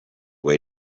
way